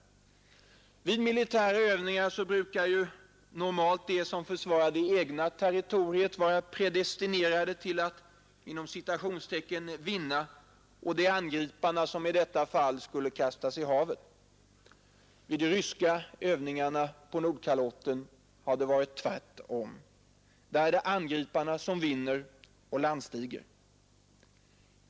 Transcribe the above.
Vid militära övningar brukar ju normalt de som försvarar det egna territoriet vara predestinerade att ”vinna” övningen och angriparna att, som i detta fall, kastas i havet. Vid de ryska övningarna på Nordkalotten har det varit tvärtom. Där är det angriparna som ”vinner” och landstiger.